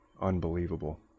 unbelievable